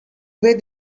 where